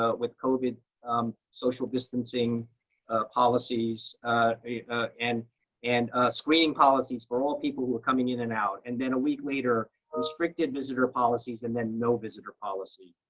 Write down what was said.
ah with covid social-distancing policies and and screening policies for all people who were coming in and out. and then a week later, restricted visitor policies, and then no visitor policy.